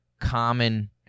common